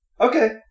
Okay